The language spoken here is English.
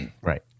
Right